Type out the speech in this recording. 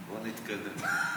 בוא נתקדם.